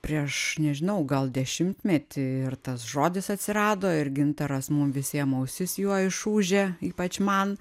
prieš nežinau gal dešimtmetį ir tas žodis atsirado ir gintaras mum visiem ausis juo išūžė ypač man